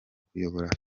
kuyobora